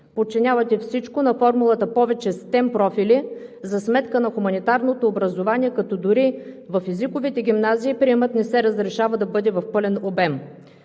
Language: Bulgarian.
Подчинявате всичко на формулата: повече STEM профили за сметка на хуманитарното образование, като дори в езиковите гимназии приемът не се разрешава да бъде в пълен обем.